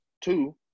Two